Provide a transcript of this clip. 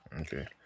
Okay